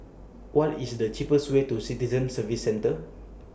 What IS The cheapest Way to Citizen Services Centre